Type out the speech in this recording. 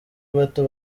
bato